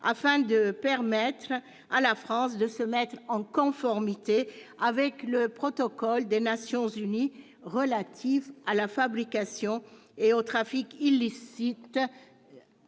afin de permettre à la France de se mettre en conformité avec le protocole des Nations unies contre la fabrication et le trafic illicites